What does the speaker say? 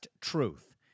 Truth